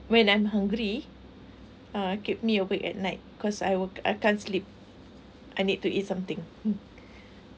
when I'm hungry uh keep me awake at night because I work I can't sleep I need to eat something